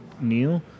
new